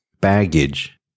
baggage